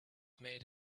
made